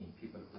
people